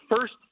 first